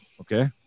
Okay